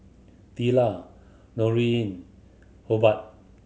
Tilla Hobart